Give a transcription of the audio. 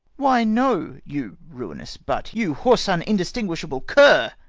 why, no, you ruinous butt you whoreson indistinguishable cur,